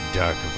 dark